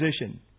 position